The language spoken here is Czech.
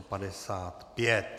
55.